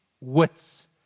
wits